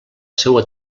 seua